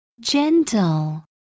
gentle